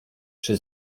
czy